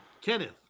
Kenneth